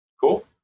Cool